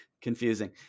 confusing